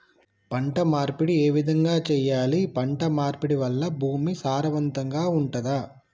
పంట మార్పిడి ఏ విధంగా చెయ్యాలి? పంట మార్పిడి వల్ల భూమి సారవంతంగా ఉంటదా?